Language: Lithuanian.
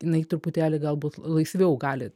jinai truputėlį galbūt laisviau gali